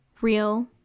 real